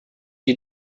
die